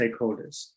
stakeholders